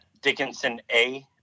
dickinsona